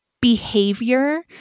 Behavior